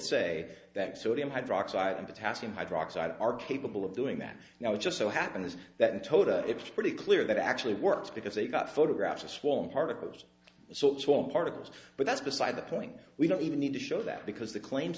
say that sodium hydroxide and potassium hydroxide are capable of doing that now it just so happens that in total it's pretty clear that actually works because they've got photographs of swollen particles so it's all particles but that's beside the point we don't even need to show that because the claims